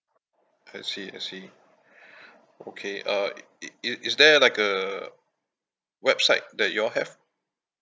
I see I see okay uh i~ i~ i~ is there like a uh website that you all have